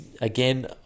Again